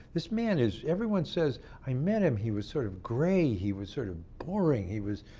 this man is everyone says i met him. he was sort of gray. he was sort of boring. he was